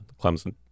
Clemson